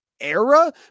era